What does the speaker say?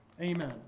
Amen